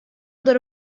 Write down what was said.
der